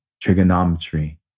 trigonometry